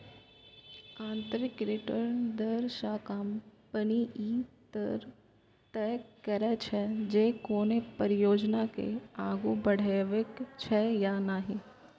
आंतरिक रिटर्न दर सं कंपनी ई तय करै छै, जे कोनो परियोजना के आगू बढ़ेबाक छै या नहि